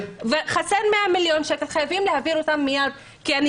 חסרים 100 מיליון שקלים וחייבים להעביר אותם מיד כי אני